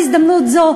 בהזדמנות זו,